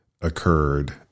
occurred